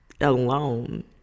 alone